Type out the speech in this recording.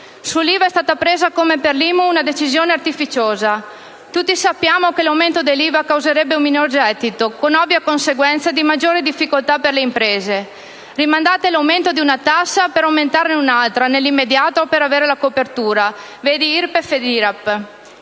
Sull'IVA è stata presa, come per l'IMU, una decisione artificiosa. Tutti sappiamo che l'aumento dell'IVA causerebbe un minor gettito, con ovvia conseguenza di maggiori difficoltà per le imprese. Rimandate l'aumento di una tassa, per aumentarne un'altra nell'immediato per avere la copertura (vedi IRPEF ed IRAP).